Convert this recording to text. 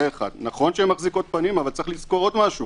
זה נכון שהן מחזיקות פנים, אבל יש לזכור עוד משהו